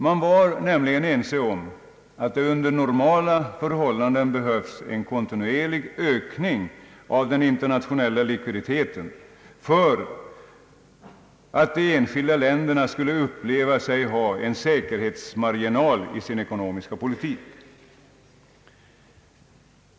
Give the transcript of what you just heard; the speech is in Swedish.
Man var nämligen ense om att det under normala förhållanden behövs en kontinuerlig ökning av den internationella likviditeten för att de enskilda länderna skall uppleva sig ha en säkerhetsmarginal i sin ekonomiska politik.